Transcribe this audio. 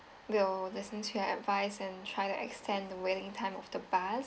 will listen to your advice and try to extend the waiting time of the bus